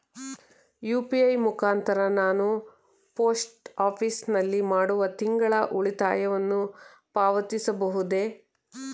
UPI ಮುಖಾಂತರ ನಾನು post office ನಲ್ಲಿ ಮಾಡುವ ತಿಂಗಳ ಉಳಿತಾಯವನ್ನು ಪಾವತಿಸಬಹುದೇ?